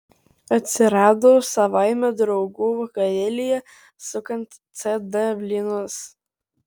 atsirado savaime draugų vakarėlyje sukant cd blynus